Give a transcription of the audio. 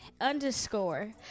Underscore